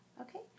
Okay